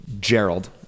Gerald